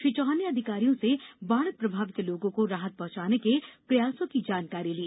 श्री चौहान ने अधिकारियों से बाढ़ प्रभावित लोगों को राहत पहुंचाने के प्रयासों की जानकारी ली